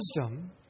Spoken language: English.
wisdom